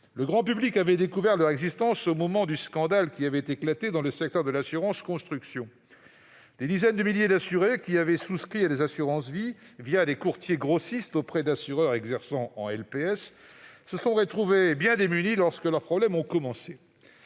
Le grand public avait découvert leur existence au moment du scandale qui avait éclaté dans le secteur de l'assurance construction. Des dizaines de milliers d'assurés, qui avaient souscrit des assurances des courtiers grossistes auprès d'assureurs exerçant en LPS, se sont retrouvés bien démunis lorsque leurs problèmes ont commencé.